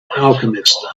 alchemist